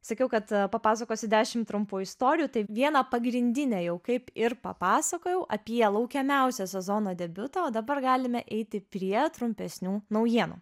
sakiau kad papasakosiu dešimt trumpų istorijų taip vieną pagrindinę jau kaip ir papasakojau apie laukiamiausią sezono debiutą o dabar galime eiti prie trumpesnių naujienų